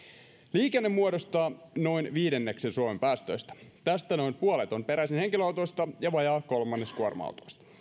liikenne muodostaa noin viidenneksen suomen päästöistä tästä noin puolet on peräisin henkilöautoista ja vajaa kolmannes kuorma